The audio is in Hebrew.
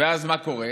ואז מה קורה?